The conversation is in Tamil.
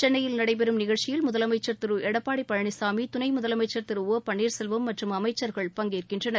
சென்னையில் நடைபெறும் நிகழ்ச்சியில் முதலமைச்சர் திரு எடப்பாடி பழனிசாமி துணை முதலமைச்சர் திரு ஒ பன்னீர்செல்வம் மற்றும் அமைச்சர்கள் பங்கேற்கின்றனர்